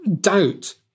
doubt